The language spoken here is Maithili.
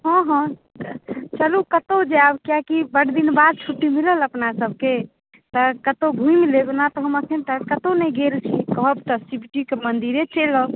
हँ हँ चलू कतहु जायब कियैकी बड्ड दिन बाद छुट्टी मिलल अपना सभकेँ तऽ कतहु घुमि लेब ओना तऽ हम एखन तक कतहु नहि गेल छी घरसँ शिवजीके मन्दिरे चलि आउ